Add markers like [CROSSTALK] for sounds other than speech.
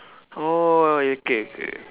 oh okay [NOISE]